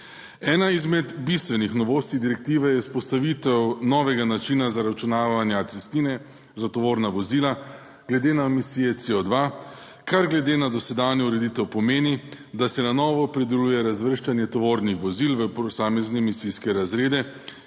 Ena izmed bistvenih novosti direktive je vzpostavitev novega načina zaračunavanja cestnine za tovorna vozila glede na emisije CO2, kar glede na dosedanjo ureditev pomeni, da se na novo opredeljuje razvrščanje tovornih vozil v posamezne emisijske razrede,